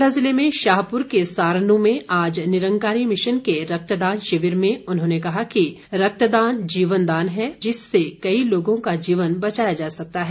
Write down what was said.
कांगड़ा ज़िले में शाहपुर के सारनू में आज निरंकारी मिशन के रक्तदान शिविर में उन्होंने कहा कि रक्तदान जीवन दान है जिससे कई लोगों का जीवन बचाया जा सकता है